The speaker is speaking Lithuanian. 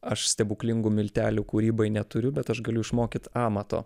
aš stebuklingų miltelių kūrybai neturiu bet aš galiu išmokyt amato